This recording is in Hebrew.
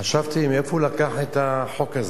חשבתי מאיפה הוא לקח את החוק הזה.